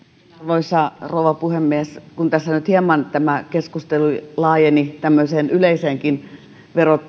arvoisa rouva puhemies kun tässä nyt hieman tämä keskustelu laajeni tämmöisen yleisenkin